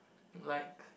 like